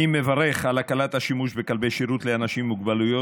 אני מברך על הקלת השימוש בכלבי שירות לאנשים עם מוגבלויות,